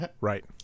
Right